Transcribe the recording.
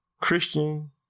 Christian